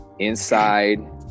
Inside